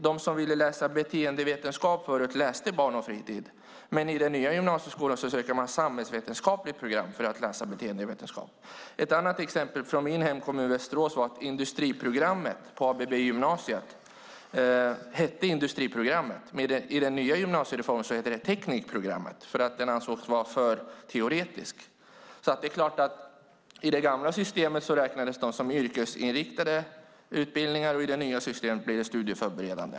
De som förut ville läsa beteendevetenskap läste Barn och fritid, men i den nya gymnasieskolan söker man samhällsvetenskapligt program för att läsa beteendevetenskap. Ett annat exempel är från min hemkommun Västerås. På ABB-gymnasiet hette förut ett program Industriprogrammet. I den nya gymnasiereformen heter det Teknikprogrammet, för utbildningen ansågs vara för teoretisk. I det gamla systemet räknades de som yrkesinriktade utbildningar och i det nya systemet blir de studieförberedande.